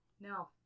No